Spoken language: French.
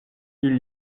ils